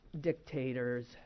dictators